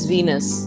Venus